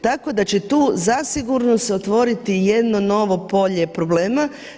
Tako da će tu zasigurno se otvoriti jedno novo polje problema.